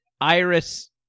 Iris